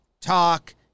talk